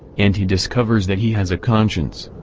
and he discovers that he has a conscience,